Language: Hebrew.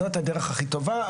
זו היא הדרך הכי טובה,